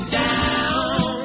down